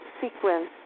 sequence